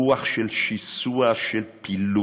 רוח של שיסוע, של פילוג,